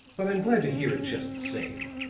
but i'm glad to hear it, just the same.